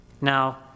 now